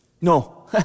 No